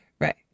Right